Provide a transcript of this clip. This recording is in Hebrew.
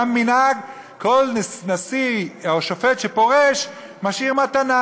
מנהג שכל נשיא או שופט שפורש משאיר מתנה.